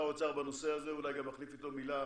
האוצר בנושא הזה ואולי גם אחליף איתו מילה